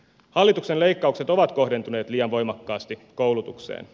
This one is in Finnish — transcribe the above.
hallituksen leikkaukset ovat kohdentuneet liian voimakkaasti koulutukseen